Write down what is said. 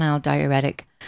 diuretic